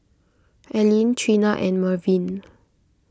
Aleen Trina and Mervin